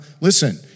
listen